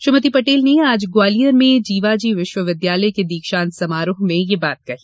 श्रीमती पटेल ने आज ग्वालियर में जीवाजी विश्वविद्यालय के दीक्षांत समारोह में यह बात कही